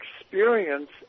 experience